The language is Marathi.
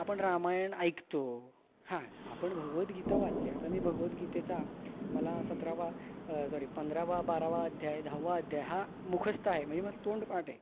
आपण रामायण ऐकतो हां आपण भगवद्गीता वाचली आता मी भगवद्गीतेचा मला सतरावा सॉरी पंधरावा बारावा अध्याय दहावा अध्याय हा मुखस्त आहे म्हणजे मला तोंडपाठ आहे